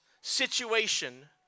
situation